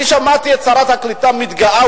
אני שמעתי את שרת הקליטה מתגאה,